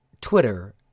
Twitter